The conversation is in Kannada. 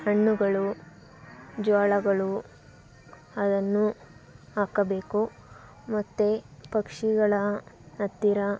ಹಣ್ಣುಗಳು ಜೋಳಗಳು ಅದನ್ನು ಹಾಕಬೇಕು ಮತ್ತೆ ಪಕ್ಷಿಗಳ ಹತ್ತಿರ